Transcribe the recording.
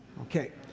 Okay